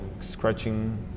scratching